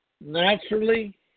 naturally